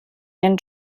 ihren